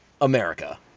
America